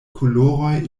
koloroj